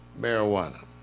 marijuana